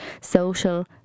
social